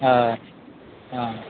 हय आं